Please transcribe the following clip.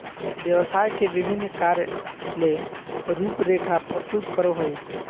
व्यवसाय के विभिन्न कार्य ले रूपरेखा प्रस्तुत करो हइ